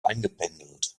eingependelt